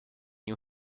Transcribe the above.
you